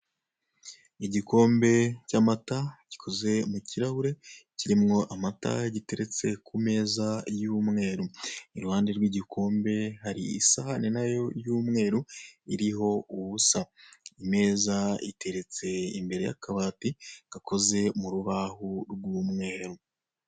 Igikombe cyamata gikoze mu kirahure kirimo amata giteretse ku meza y'umweru, iruhande rw'igikobe hari isahani nayo y'umweru iriho ubusa. Imeza itetse imbere y'akabati gakoze mu rubaho rw'umweru.